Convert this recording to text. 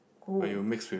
cool